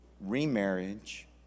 Remarriage